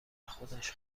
خودش